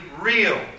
real